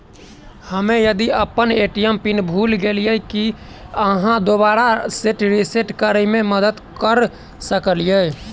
हम्मे यदि अप्पन ए.टी.एम पिन भूल गेलियै, की अहाँ दोबारा सेट रिसेट करैमे मदद करऽ सकलिये?